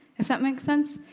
if that makes sense?